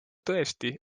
tõesti